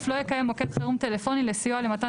לא יקיים מוקד חירום טלפוני לסיוע למתן